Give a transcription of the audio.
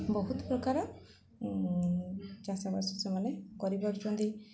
ବହୁତ ପ୍ରକାର ଚାଷବାସ ସେମାନେ କରିପାରୁଛନ୍ତି